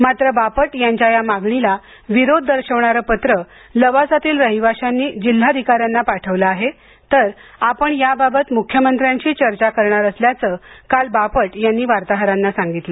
मात्र बापट यांच्या या मागणीला विरोध दर्शवणारं पत्र लवासातील रहिवाशांनी जिल्हाधिकाऱ्यांना पाठवलं आहे तर आपण याबाबत मुख्यमंत्र्यांशी चर्चा करणार असल्याचं काल बापट यांनी वार्ताहरांना सांगितलं